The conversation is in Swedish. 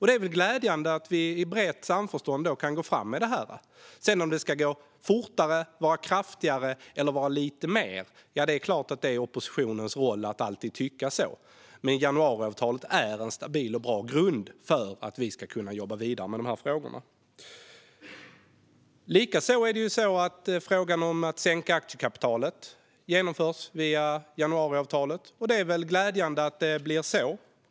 Det är glädjande att vi i brett samförstånd kan gå fram med detta. Sedan är det klart att det är oppositionens roll att alltid tycka att det ska gå fortare, vara kraftigare eller vara lite mer. Men januariavtalet är en stabil och bra grund för att vi ska kunna jobba vidare med dessa frågor. Även frågan om att sänka aktiekapitalet genomförs via januariavtalet, och det är glädjande att det blir så.